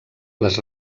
les